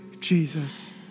Jesus